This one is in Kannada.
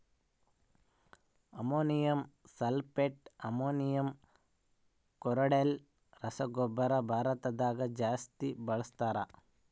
ಅಮೋನಿಯಂ ಸಲ್ಫೆಟ್, ಅಮೋನಿಯಂ ಕ್ಲೋರೈಡ್ ರಸಗೊಬ್ಬರನ ಭಾರತದಗ ಜಾಸ್ತಿ ಬಳಸ್ತಾರ